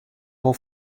wol